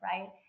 right